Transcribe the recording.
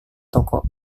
toko